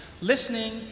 listening